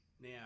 Now